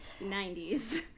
90s